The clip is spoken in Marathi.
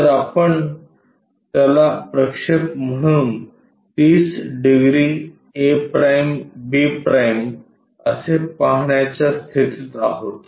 तर आपण त्याला प्रक्षेप म्हणून 30 डिग्री a'b' असे पाहण्याच्या स्थितीत आहोत